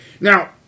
Now